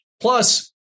Plus